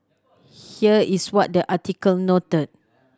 here is what the article noted